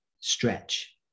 stretch